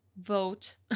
vote